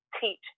teach